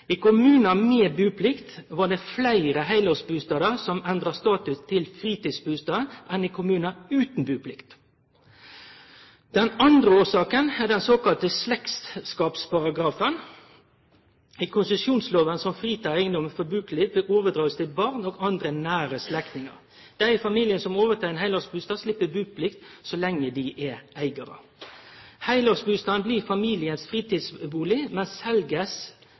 I kommunar med buplikt var det fleire heilårsbustader som endra status til fritidsbustad, enn i kommunar utan buplikt. Den andre årsaka er den såkalla slektskapsparagrafen i konsesjonsloven, som fritek eigedommen for buplikt når han blir overdregen til barn og andre nære slektningar. Dei i familien som tek over ein heilårsbustad, slepp buplikt så lenge dei er eigarar. Heilårsbustaden blir fritidsbustad for familien, men